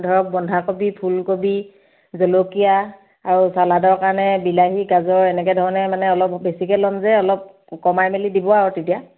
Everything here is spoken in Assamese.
ধৰক বন্ধাকবি ফুলকবি জলকীয়া আৰু চালাডৰ কাৰণে বিলাহী গাজৰ এনেকৈ ধৰণে মানে অলপ বেছিকৈ ল'ম যে অলপ কমাই মেলি দিব আৰু তেতিয়া